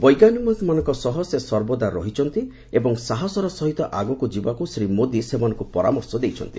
ବୈଜ୍ଞାନିକମାନଙ୍କ ସହ ସେ ସର୍ବଦା ରହିଛନ୍ତି ଏବଂ ସାହସର ସହିତ ଆଗକୁ ଯିବାକୁ ଶ୍ରୀ ମୋଦି ସେମାନଙ୍କୁ ପରାମର୍ଶ ଦେଇଛନ୍ତି